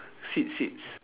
seats seats